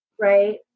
right